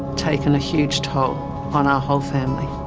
taken a huge toll on our whole family.